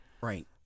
Right